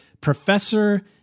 professor